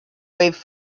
wave